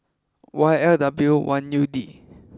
Y L W one U D